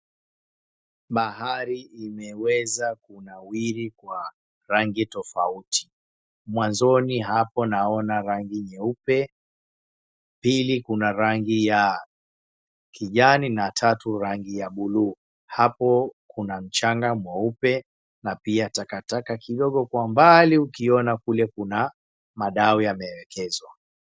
Bahari imeweza kunawiri kwa rangi tofauti. Mwanzoni hapo naona rangi nyeupe, pili kuna rangi ya kijani na tatu rangi ya buluu. Hapo kuna mchanga mweupe na pia takataka kidogo kwa mbali ukiona kule kuna madau yamewekezwa.